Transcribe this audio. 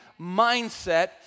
mindset